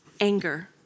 anger